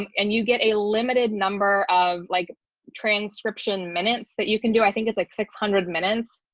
and you get a limited number of like transcription minutes that you can do. i think it's like six hundred minutes.